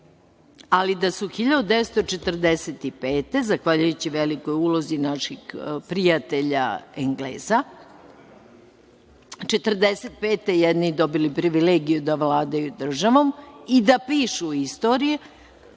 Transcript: ali da se od 1945. godine, zahvaljujući velikoj ulozi naših prijatelja Engleza, 1945. jedni dobili privilegiju da vladaju državom i da pišu istoriju,